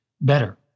better